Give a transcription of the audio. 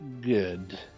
good